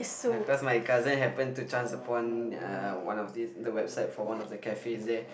ya cause my cousin happen to chance upon uh one of these the website for one of the cafes there